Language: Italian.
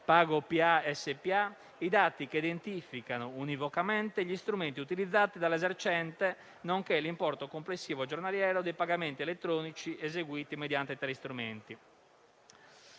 PagoPA Spa, i dati che identificano univocamente gli strumenti utilizzati dall'esercente, nonché l'importo complessivo giornaliero dei pagamenti elettronici eseguiti mediante tali strumenti.